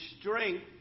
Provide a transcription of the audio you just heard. strength